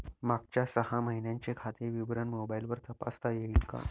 मागच्या सहा महिन्यांचे खाते विवरण मोबाइलवर तपासता येईल का?